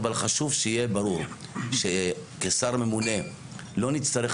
אבל חשוב שיהיה ברור שכשר ממונה לא נצטרך